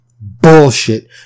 bullshit